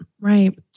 right